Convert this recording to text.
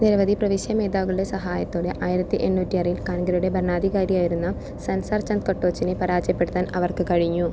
നിരവധി പ്രവിശ്യാ മേധാവികളുടെ സഹായത്തോടെ ആയിരത്തി എണ്ണൂറ്റി ആറിൽ കാൻഗ്രയുടെ ഭരണാധികാരിയായിരുന്ന സൻസാർ ചന്ദ് കട്ടോച്ചിനെ പരാജയപ്പെടുത്താൻ അവർക്ക് കഴിഞ്ഞു